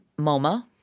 MoMA